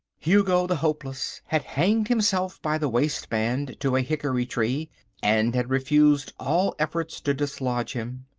hugo the hopeless had hanged himself by the waistband to a hickory tree and had refused all efforts to dislodge him.